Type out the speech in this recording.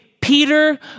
Peter